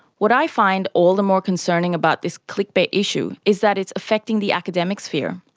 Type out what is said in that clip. what i find all the more concerning about this click bait issue is that it's affecting the academic sphere.